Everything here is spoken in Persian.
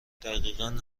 دقیقا